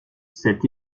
cet